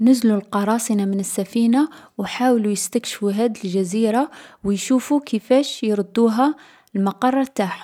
نزلو القراصنة من السفينة و حاولو يستكشفو هاذ الجزيرة و يشوفو كيفاش يردوها المقر تاعهم.